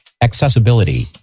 accessibility